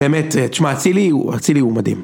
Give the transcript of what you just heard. באמת, תשמע, הצילי הוא מדהים.